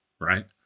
right